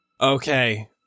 Okay